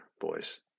boys